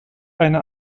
eine